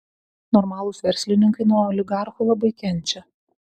normalūs verslininkai nuo oligarchų labai kenčia